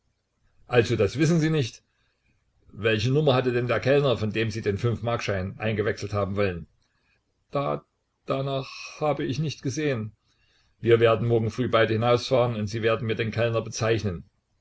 also das wissen sie nicht welche nummer hatte denn der kellner von dem sie den fünfmarkschein eingewechselt haben wollen da danach habe ich nicht gesehen wir werden morgen früh beide hinausfahren und sie werden mir den kellner bezeichnen